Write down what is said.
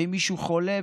ואם מישהו חולה,